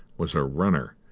was a runner,